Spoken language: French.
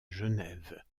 genève